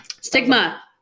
Stigma